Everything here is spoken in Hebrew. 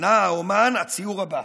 ענה האומן: הציור הבא.